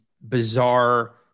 bizarre